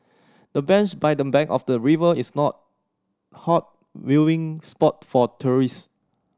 the bench by the bank of the river is not hot viewing spot for tourist